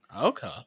okay